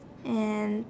and